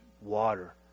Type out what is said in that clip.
Water